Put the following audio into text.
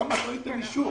החמ"ת לא ייתן אישור.